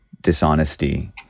dishonesty